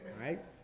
Right